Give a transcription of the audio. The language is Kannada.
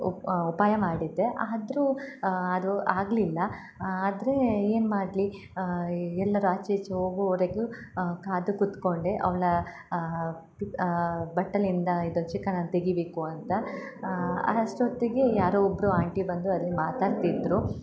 ಉಪ್ ಉಪಾಯ ಮಾಡಿದ್ದೆ ಆದರೂ ಅದು ಆಗ್ಲಿಲ್ಲ ಆದರೆ ಏನು ಮಾಡ್ಲಿ ಎಲ್ಲರೂ ಆಚೆ ಈಚೆ ಹೋಗೋವರೆಗೂ ಕಾದು ಕುತ್ಕೊಂಡೆ ಅವಳ ಬಟ್ಟಲಿಂದ ಇದು ಚಿಕನನ್ನ ತೆಗಿಬೇಕು ಅಂತ ಅಷ್ಟೊತ್ತಿಗೆ ಯಾರೋ ಒಬ್ಬರು ಆಂಟಿ ಬಂದು ಅದನ್ನ ಮಾತಾಡ್ತಿದ್ದರು